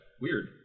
Weird